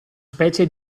specie